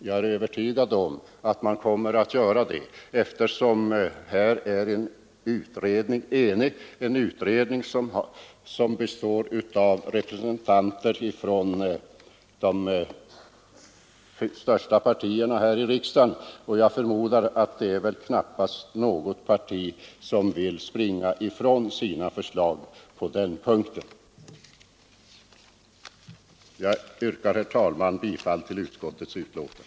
Jag är övertygad om att man kommer att göra det, eftersom utredningen är enig. Utredningen består av representanter för de största partierna här i riksdagen, och jag förmodar att knappast något parti vill springa ifrån sina förslag. Jag yrkar, herr talman, bifall till utskottets betänkande.